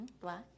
Black